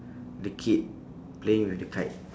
the kid playing with the kite